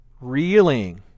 reeling